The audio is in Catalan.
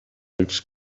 càrrecs